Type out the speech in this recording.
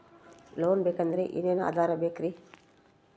Loan ಬೇಕಾದ್ರೆ ಏನೇನು ಆಧಾರ ಬೇಕರಿ?